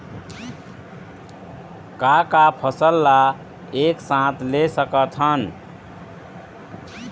का का फसल ला एक साथ ले सकत हन?